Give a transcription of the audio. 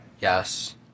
Yes